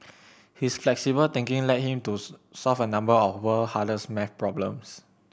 his flexible thinking led him to solve a number of world hardest maths problems